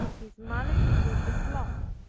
his malady was a flux,